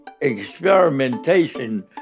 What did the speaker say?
Experimentation